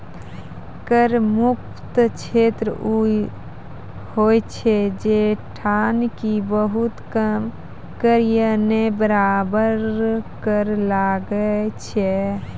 कर मुक्त क्षेत्र उ होय छै जैठां कि बहुत कम कर या नै बराबर कर लागै छै